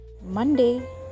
Monday